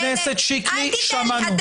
חבר הכנסת שקלי, שמענו.